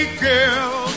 girl